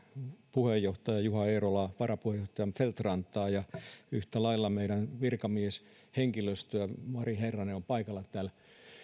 puheenjohtaja juho eerolaa varapuheenjohtaja feldt rantaa ja yhtä lailla meidän virkamieshenkilöstöä mari herranen on paikalla täällä